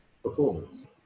performance